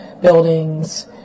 buildings